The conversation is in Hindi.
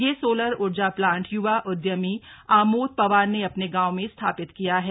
यह सोलर ऊर्जा प्लांट यूवा उदयमी आमोद पंवार ने अपने गांव में स्थापित किया है